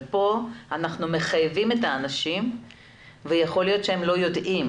אבל כאן אנחנו מחייבים את האנשים ויכול להיות שהם לא יודעים.